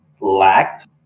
lacked